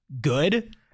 good